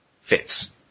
Fits